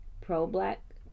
pro-black